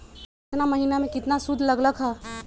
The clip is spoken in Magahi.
केतना महीना में कितना शुध लग लक ह?